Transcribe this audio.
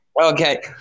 Okay